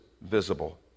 visible